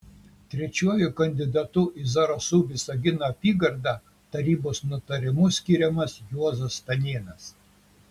trečiuoju kandidatu į zarasų visagino apygardą tarybos nutarimu skiriamas juozas stanėnas